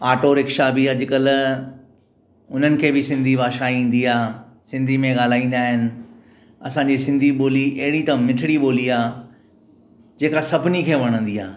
auto rickshaw ॿि अॼुकल्ह उन्हनि खे बि सिन्धी भाषा ईंदी आहे सिन्धी में ॻाल्हाईंदा आहिनि असांजी सिन्धी ॿोली अहिड़ी त मिठड़ी ॿोली आहे जेका सभिनी खे वणंदी आहे